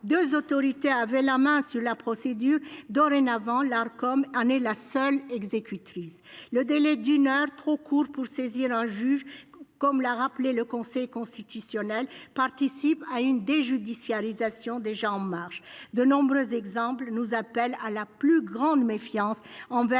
2 autorités avaient la main sur la procédure dorénavant l'Arcom année la seule exécutrice le délai d'une heure trop court pour saisir un juge, comme l'a rappelé le Conseil constitutionnel, participe à une déjudiciarisation déjà en marche, de nombreux exemples nous appelle à la plus grande méfiance envers